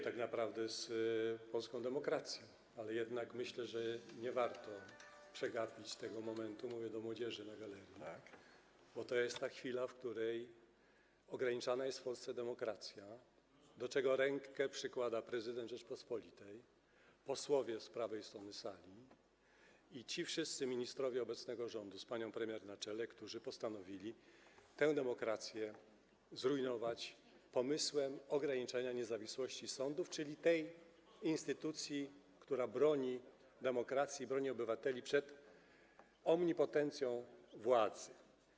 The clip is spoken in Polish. tak naprawdę z polską demokracją dzieje, ale jednak myślę, że nie warto przegapić tego momentu - mówię do młodzieży na galerii - bo jest to ta chwila, w której ograniczana jest w Polsce demokracja, do czego rękę przykładają prezydent Rzeczypospolitej, posłowie z prawej strony sali i ci wszyscy ministrowie obecnego rządu z panią premier na czele, którzy postanowili tę demokrację zrujnować pomysłem ograniczania niezawisłości sądów, czyli instytucji, które bronią demokracji, bronią obywateli przed omnipotencją władzy.